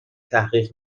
تحقیق